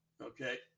Okay